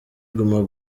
guma